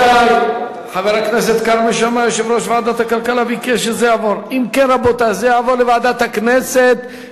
כלכלה, אם כן, רבותי, זה יועבר לוועדת הכנסת.